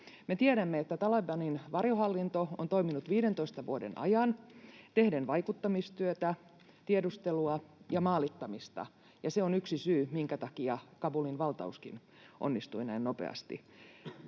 Me tiedämme, että Talebanin varjohallinto on toiminut 15 vuoden ajan tehden vaikuttamistyötä, tiedustelua ja maalittamista, ja se on yksi syy, minkä takia Kabulin valtauskin onnistui näin nopeasti.